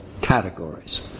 categories